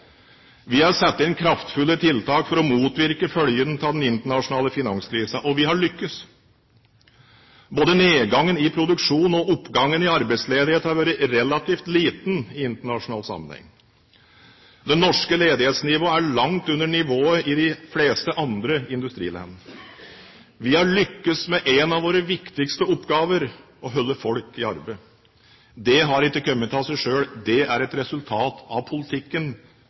Vi har satt inn kraftfulle tiltak for å motvirke følgene av den internasjonale finanskrisen – og vi har lyktes. Både nedgangen i produksjon og oppgangen i arbeidsledighet har vært relativt liten i internasjonal sammenheng. Det norske ledighetsnivået er langt under nivået i de fleste andre industriland. Vi har lyktes med en av våre viktigste oppgaver, å holde folk i arbeid. Dette har ikke kommet av seg selv. Det er et resultat av politikken